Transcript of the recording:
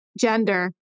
gender